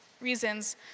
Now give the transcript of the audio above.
reasons